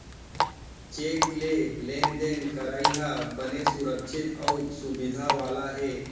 cheque ले लेन देन करई ह बने सुरक्छित अउ सुबिधा वाला हे